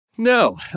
No